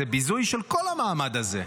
זה ביזוי של כל המעמד הזה.